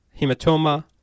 hematoma